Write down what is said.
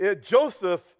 Joseph